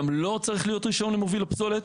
גם לו צריך להיות רישיון, למוביל הפסולת.